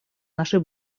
нашей